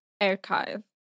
archive